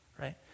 right